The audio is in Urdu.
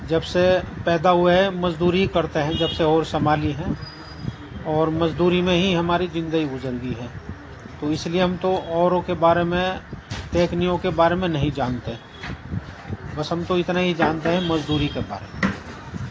جب سے پیدا ہوئے ہے مزدوری کرتے ہیں جب سے ہوش سنبھالی ہیں اور مزدوری میں ہی ہماری زندگی گزر گئی ہے تو اس لیے ہم تو اوروں کے بارے میں تکنیکوں کے بارے میں نہیں جانتے بس ہم تو اتنا ہی جانتے ہیں مزدوری کے بارے میں